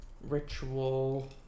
Ritual